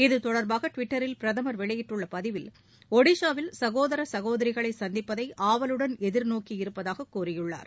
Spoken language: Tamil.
இத்தொடர்பாக டிவிட்டரில் பிரதமர் வெளியிட்டுள்ள பதிவில் ஒடிசாவில் சகோதர் சகோதரிகளை சந்திப்பதை ஆவலுடன் எதிர்நோக்கியிருப்பதாகக் கூறியுள்ளார்